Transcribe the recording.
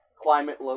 Climate